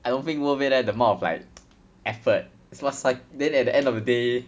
I don't think worth it leh the amount of like effort must like then at the end of the day